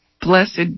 Blessed